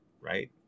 Right